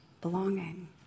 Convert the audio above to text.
belonging